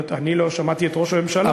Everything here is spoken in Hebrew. אני לא שמעתי את ראש הממשלה מציע את הסגנון הזה.